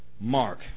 Mark